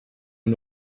nur